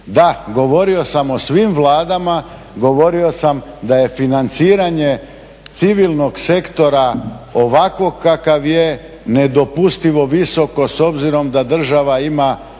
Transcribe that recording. Da, govorio sam o svim Vladama, govorio sam da je financiranje civilnog sektora ovakvog kakav je nedopustivo visoko s obzirom da država ima